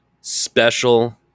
Special